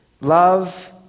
Love